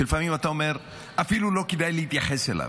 שלפעמים אתה אומר שאפילו לא כדאי להתייחס אליו.